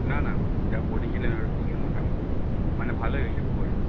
না না যা পড়িয়েছিলেন ওর থেকে মোটামুটি মানে ভালোই হয়েছে ভূগোলটা